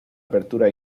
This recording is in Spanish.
apertura